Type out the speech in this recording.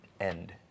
end